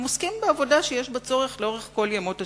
הם עוסקים בעבודה שיש בה צורך לאורך כל ימות השנה.